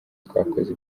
twakoze